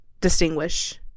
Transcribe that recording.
distinguish